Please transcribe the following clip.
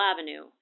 Avenue